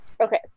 Okay